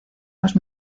los